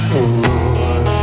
Lord